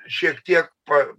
šiek tiek pa